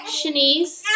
Shanice